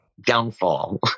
downfall